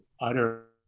utter